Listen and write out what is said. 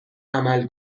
عمل